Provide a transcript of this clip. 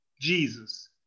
Jesus